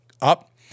up